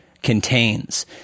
contains